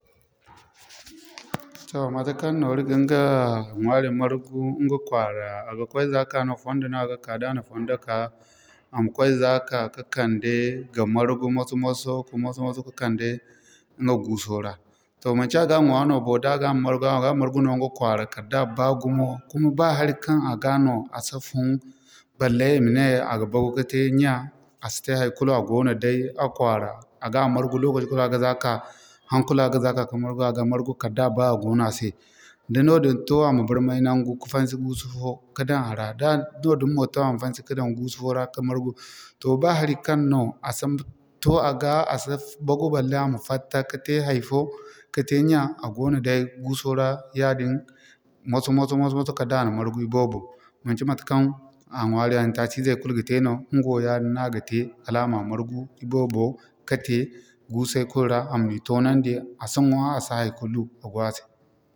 Toh matekaŋ noori ginga ɲwaari margu inga kwaara, a ga koy za ka no fondo no a ga ka da na fondo ka a ma koy za ka ka'kande ka margu moso-moso moso-moso ka kande inga guuso ra. To manci a ga ɲwaa no bo, da ga margu a ga margu no inga kwaara kala da baa gumo kuma ba hari kan a ga no asi fun balle i ma ne a ga bagu kate ɲya. A site haykulu a gono day inga kwaara a ga margu lokaci kulu a ga za'ka hana kulu a ga za'ka ka margu kala da baa gumo a gono a se. Da noodin to, a ma barmay nangu ka fansi guusu fo ka dan a ra da noodin mo too a ma fansi ka dan guusu fo ra ka margu. Toh ba hari kan no a si to a ga, a si bagu balle a ma fatta ka te hay'fo, ka te ɲya, a goono day guuso ra yaadin moso-moso moso-moso kaldai a na margu iboboo. Manci matekaŋ a ŋwaari hã taaci zey kul ga te no inga wo yaadin na ga te kala a ma margu iboobo ka te guusey kul ra a ma ni toonandi, a si ɲwaa, a si haykulu a go a se.